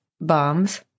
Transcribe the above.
bombs